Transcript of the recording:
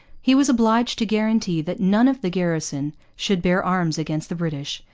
he was obliged to guarantee that none of the garrison should bear arms against the british,